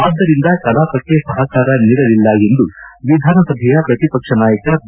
ಆದ್ದರಿಂದ ಕಲಾಪಕ್ಕೆ ಸಹಕಾರ ನೀಡಲಿಲ್ಲ ಎಂದು ವಿಧಾನಸಭೆಯ ಪ್ರತಿಪಕ್ಷ ನಾಯಕ ಬಿ